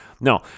No